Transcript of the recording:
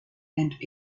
and